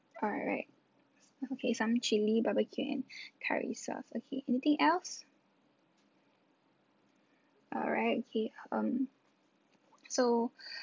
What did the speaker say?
alright okay some chili barbecue and curry sauce okay anything else alright okay um so